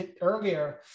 earlier